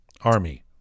army